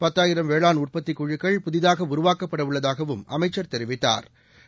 பத்தாயிரம் வேளாண் உற்பத்திக் குழுக்கள் புதிதாகஉருவாக்கப்படஉள்ளதாகவும் அமைச்சள் தெரிவித்தாா்